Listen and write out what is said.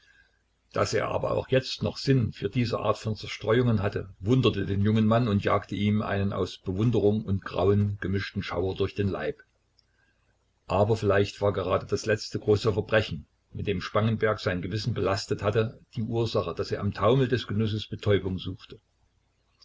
daß er aber auch jetzt noch sinn für diese art von zerstreuungen hatte wunderte den jungen mann und jagte ihm einen aus bewunderung und grauen gemischten schauer durch den leib aber vielleicht war gerade das letzte große verbrechen mit dem spangenberg sein gewissen belastet hatte die ursache daß er im taumel des genusses betäubung suchte